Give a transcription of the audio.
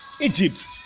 Egypt